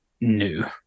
new